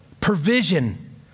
provision